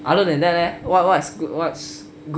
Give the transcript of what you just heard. other than that leh what what's good